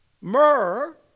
Myrrh